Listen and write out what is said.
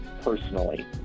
personally